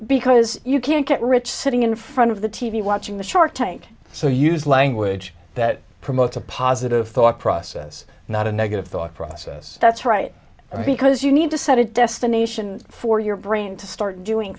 because you can't get rich sitting in front of the t v watching the shark tank so use language that promotes a positive thought process not a negative thought process that's right because you need to set a destination for your brain to start doing